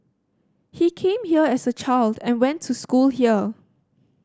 he came here as a child and went to school here